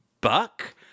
Buck